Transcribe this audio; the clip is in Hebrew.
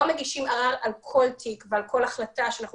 לא מגישים ערר על כל תיק ועל כל החלטה שאנחנו